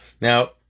Now